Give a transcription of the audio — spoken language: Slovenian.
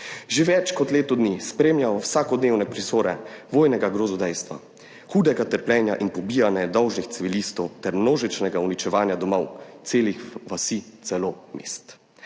Že več kot leto dni spremljamo vsakodnevne prizore vojnega grozodejstva, hudega trpljenja in poboja nedolžnih civilistov ter množičnega uničevanja domov, celih vasi, celo mest.